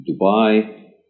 Dubai